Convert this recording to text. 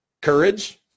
courage